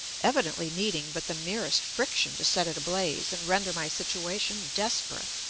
evidently needing but the merest friction to set it ablaze and render my situation desperate.